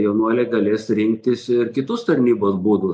jaunuoliai galės rinktis i kitus tarnybos būdus